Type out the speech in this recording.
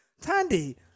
Tandy